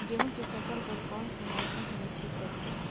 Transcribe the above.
गहूं के फसल बर कौन सा मौसम हवे ठीक रथे?